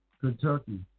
Kentucky